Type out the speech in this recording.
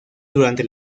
durante